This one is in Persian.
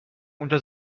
اونجا